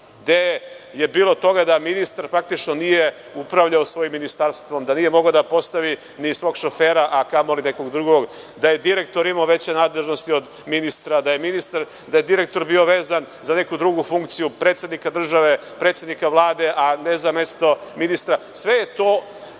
gde je bilo toga da ministar praktično nije upravljao svojim ministarstvom, da nije mogao da postavi ni svog šofera, a kamo li nekog drugog, da je direktor imao veće nadležnosti od ministra, da je direktor bio vezan za neku drugu funkciju predsednika države, predsednika Vlade, a ne za mesto ministra. Sve je to